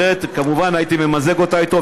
אחרת כמובן הייתי ממזג אותה איתו,